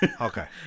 Okay